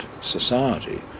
society